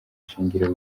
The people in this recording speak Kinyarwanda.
shingiro